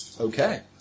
Okay